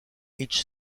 each